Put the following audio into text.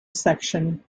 section